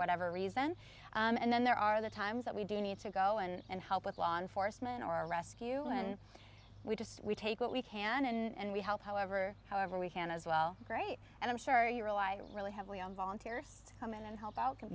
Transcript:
whatever reason and then there are the times that we do need to go and help with law enforcement or rescue and we just we take what we can and we help however however we can as well great and i'm sure you realize really heavily on volunteers to come in and help out